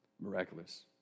Miraculous